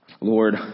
Lord